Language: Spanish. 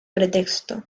pretexto